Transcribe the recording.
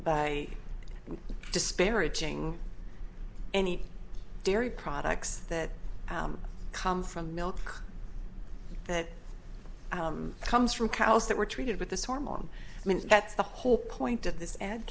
by disparaging any dairy products that come from milk that comes from cows that were treated with this hormone that's the whole point of this ad